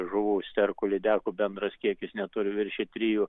žuvų sterkų lydekų bendras kiekis neturi viršyt trijų